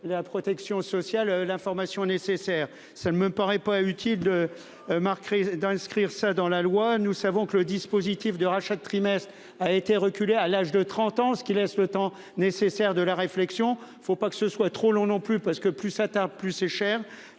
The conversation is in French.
la protection sociale. Cependant, il ne me paraît pas utile de l'inscrire dans la loi. Nous savons que le dispositif de rachat de trimestres a été reculé à l'âge de 30 ans, ce qui laisse le temps nécessaire de la réflexion. Il ne faut pas non plus que ce soit trop long, parce que, plus ça tarde, plus c'est cher.